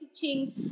teaching